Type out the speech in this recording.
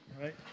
right